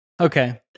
Okay